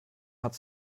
hat